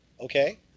okay